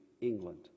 England